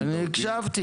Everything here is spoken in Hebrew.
אבל אני אתקן.